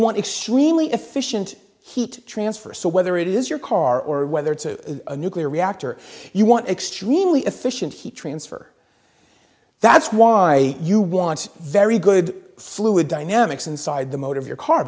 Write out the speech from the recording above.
want extremely efficient heat transfer so whether it is your car or whether it's a nuclear reactor you want extremely efficient heat transfer that's why you want very good fluid dynamics inside the motive your car